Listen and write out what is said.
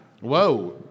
Whoa